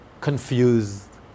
confused